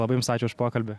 labai jums ačiū už pokalbį